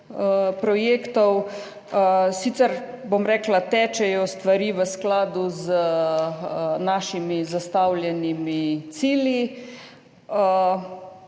projektov. Sicer tečejo stvari v skladu z našimi zastavljenimi cilji.